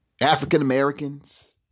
African-Americans